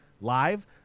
live